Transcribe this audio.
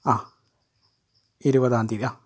അ ഇരുപതാം തീയതി അ